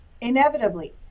Inevitably